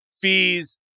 fees